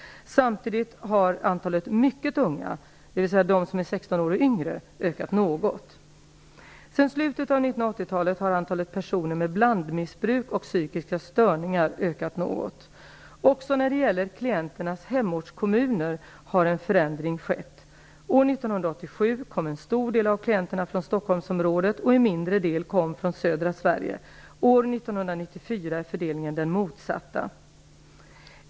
Samtidigt har antalet mycket unga, dvs. de som är 16 år och yngre, ökat något. Sedan slutet av 1980-talet har antalet personer med blandmissbruk och psykiska störningar ökat något. Också när det gäller klienternas hemortskommuner har en förändring skett. År 1987 kom en stor del av klienterna från Stockholmsområdet, och en mindre del kom från södra Sverige. År 1994 är fördelningen den motsatta.